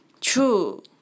True